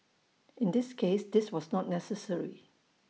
in this case this was not necessary